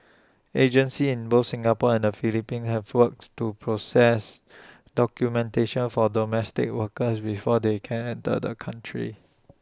agencies in both Singapore and the Philippines have forwards to process documentation for domestic workers before they can enter the country